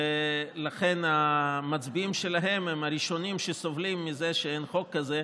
ולכן המצביעים שלהם הם הראשונים שסובלים מזה שאין חוק כזה.